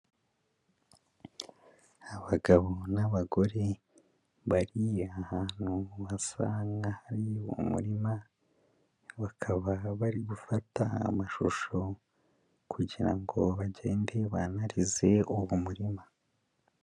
Abagabo n'abagore bari hantu wasanga hari umurima, bakaba bari gufata amashusho kugira ngo bagende banarize uwo murima.